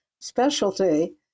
specialty